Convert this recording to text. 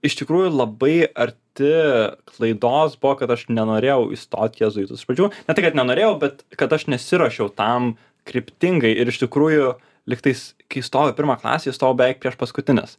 iš tikrųjų labai arti laidos buvo kad aš nenorėjau įstot į jėzuitus iš pradžių ne tai kad nenorėjau bet kad aš nesiruošiau tam kryptingai ir iš tikrųjų lygtais kai įstojau į pirmą klasę įstojau beveik prieš paskutinis